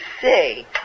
say